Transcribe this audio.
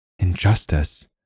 Injustice